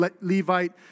Levite